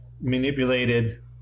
manipulated